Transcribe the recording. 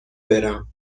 برم